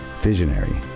visionary